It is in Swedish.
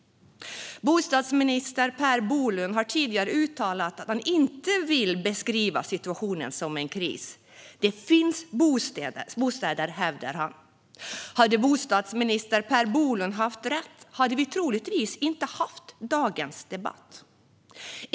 Bostadsminister Per Bolund har tidigare uttalat att han inte vill beskriva situationen som en kris. Det finns bostäder, hävdar han. Hade bostadsminister Per Bolund haft rätt hade vi troligtvis inte haft dagens debatt.